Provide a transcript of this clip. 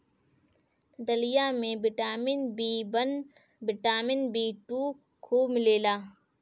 दलिया में vitamin B one, vitamin B two खूब मिलेला